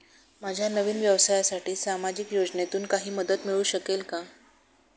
माझ्या नवीन व्यवसायासाठी सामाजिक योजनेतून काही मदत मिळू शकेल का?